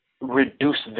reduce